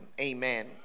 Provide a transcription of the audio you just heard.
Amen